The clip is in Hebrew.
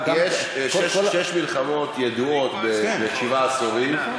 גם כל, יש שש מלחמות ידועות בשבעה עשורים.